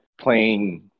Playing